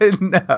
No